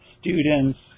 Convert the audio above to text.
students